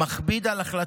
מכביד על ייזום פרויקטים,